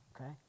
Okay